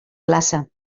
glaça